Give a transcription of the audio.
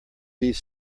beef